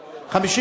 נתקבל.